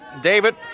David